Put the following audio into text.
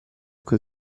quei